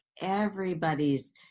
everybody's